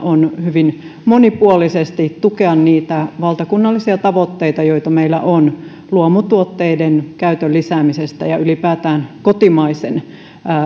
on hyvin monipuolisesti tukea niitä valtakunnallisia tavoitteita joita meillä on luomutuotteiden käytön lisäämisestä ja ylipäätään kotimaisen